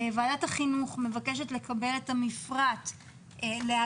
ועדת החינוך מבקשת לקבל את המפרט להגעה